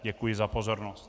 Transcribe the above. Děkuji za pozornost.